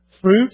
Fruit